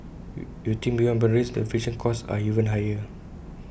you you think beyond boundaries the friction costs are even higher